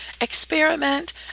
experiment